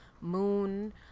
moon